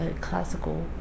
classical